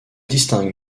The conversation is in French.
distingue